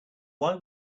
why